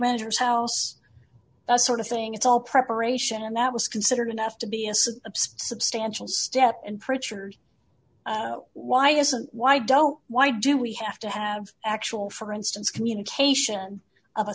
manager's house that sort of thing it's all preparation and that was considered enough to be a substantial step and pritchard why isn't why don't why do we have to have actual for instance communication